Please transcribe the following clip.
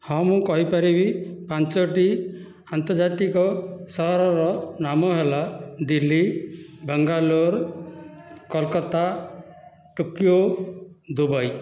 ହଁ ମୁଁ କହିପାରିବି ପାଞ୍ଚୋଟି ଆନ୍ତର୍ଜାତୀକ ସହରର ନାମ ହେଲା ଦିଲ୍ଲୀ ବାଙ୍ଗାଲୋର କୋଲକାତା ଟୋକିଓ ଦୁବାଇ